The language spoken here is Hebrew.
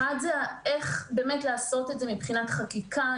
אחד הוא איך לעשות את זה מבחינת החקיקה.